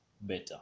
better